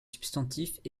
substantifs